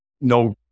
No